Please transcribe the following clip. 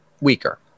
weaker